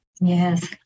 Yes